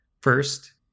First